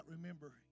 remember